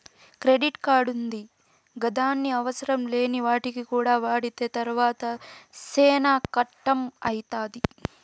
credit కార్డుంది గదాని అవసరంలేని వాటికి కూడా వాడితే తర్వాత సేనా కట్టం అయితాది